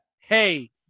hey